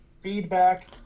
feedback